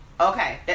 okay